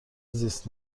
زیست